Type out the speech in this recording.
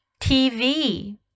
TV